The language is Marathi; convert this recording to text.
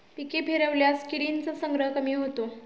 पिके फिरवल्यास किडींचा संग्रह कमी होतो